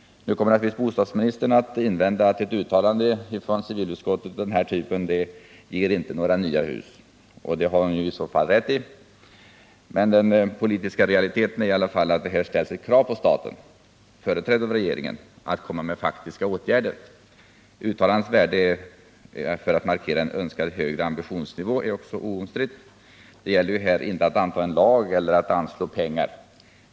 Nu kommer naturligtvis bostadsministern att invända att ett uttalande från civilutskottet av den här typen inte ger några hus. Det har hon i så fall rätt i — men den politiska realiteten är i alla fall att det här ställs ett krav på staten, företrädd av regeringen, att föreslå faktiska åtgärder. Uttalandets värde för att markera en önskad högre ambitionsnivå är också obestritt — det gäller ju här inte att anta en lag eller att anslå pengar.